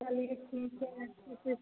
चलिए ठीक है अच्छे से